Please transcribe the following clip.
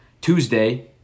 Tuesday